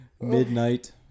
Midnight